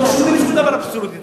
אין שום דבר אבסולוטית.